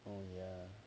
um